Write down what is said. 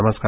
नमस्कार